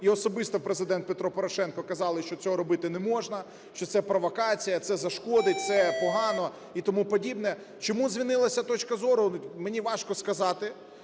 і особисто Президент Петро Порошенко казали, що цього робити не можна, що це провокація, це зашкодить, це погано і тому подібне. Чому змінилася точка зору, мені важко сказати.